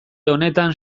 honetan